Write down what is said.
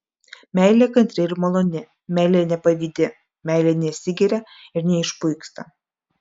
meilė kantri ir maloni meilė nepavydi meilė nesigiria ir neišpuiksta